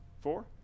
four